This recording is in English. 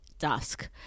dusk